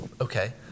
Okay